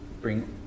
bring